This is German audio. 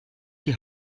die